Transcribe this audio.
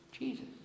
Jesus